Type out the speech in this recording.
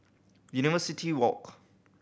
University Walk